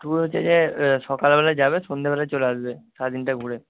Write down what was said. tour হচ্ছে যে সকালবেলা যাবে সন্ধ্যেবেলা চলে আসবে সারাদিনটা ঘুরে